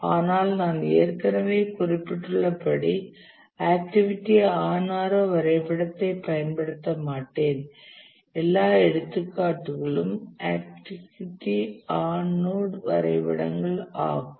ஆனால் நான் ஏற்கனவே குறிப்பிட்டுள்ளபடி ஆக்டிவிட்டி ஆன் ஆரோ வரைபடத்தைப் பயன்படுத்த மாட்டேன் எல்லா எடுத்துக்காட்டுகளும் ஆக்டிவிட்டி ஆன் நோட் வரைபடங்கள் ஆகும்